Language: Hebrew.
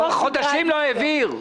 הוא חודשים לא העביר.